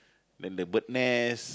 then the bird nest